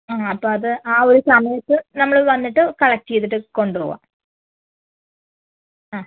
ആ അപ്പോൾ അത് ആ ഒരു സമയത്ത് നമ്മള് വന്നിട്ട് കളക്റ്റ് ചെയ്തിട്ട് കൊണ്ട് പോവാം ആ